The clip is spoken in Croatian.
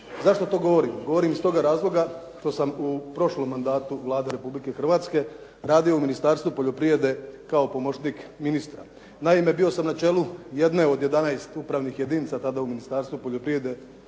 Zašto to govorim? Govorim iz tog razloga što sam u prošlom mandatu Vlade Republike Hrvatske radio u Ministarstvu poljoprivrede kao pomoćnik ministra. Naime, bio sam na čelu jedne od 11 upravnih jedinica tada u Ministarstvu poljoprivrede